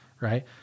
right